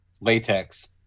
Latex